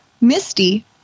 Misty